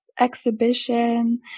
exhibition